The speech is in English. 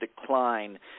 decline